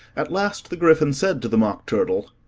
at last the gryphon said to the mock turtle,